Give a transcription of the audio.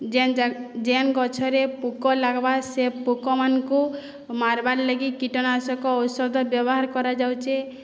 ଜେନ୍ ଜାଗା ଜେନ୍ ଗଛରେ ପୁକ ଲାଗିବା ସେ ପୁକମାନ୍କୁ ମାର୍ବାର୍ଲାଗି କୀଟନାଶକ ଔଷଧ ବ୍ୟବହାର୍ କରାଯାଉଛି